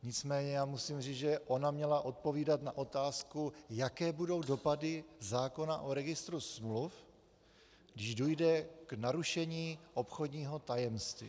Nicméně já musím říct, že ona měla odpovídat na otázku, jaké budou dopady zákona o registru smluv, když dojde k narušení obchodního tajemství.